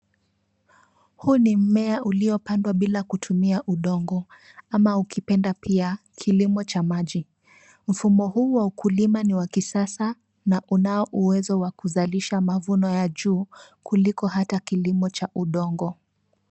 Huu ni mmea uliopandwa bila kutumia udongo ama ukipenda pia kilimo cha maji. Mfumo huu wa ukulima ni wa kisasa na unao uwezo wa kuzalisha mavuno ya juu kuliko hata kilimo cha udongo.